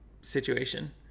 situation